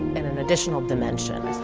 and an additional dimension.